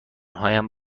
هایم